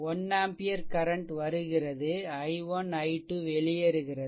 1 ampere current வருகிறது i1 i2 வெளியேறுகிறது